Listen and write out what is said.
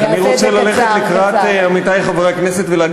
אני רוצה ללכת לקראת עמיתי חברי הכנסת ולהגיד